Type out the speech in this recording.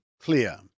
clear